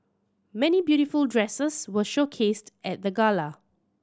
many beautiful dresses were showcased at the gala